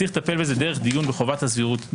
צריך לטפל בזה דרך דיון בחובת הסבירות.